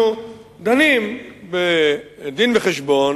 אנחנו דנים בדין-וחשבון